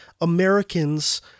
Americans